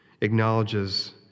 acknowledges